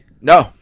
No